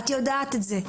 עד יודעת את זה.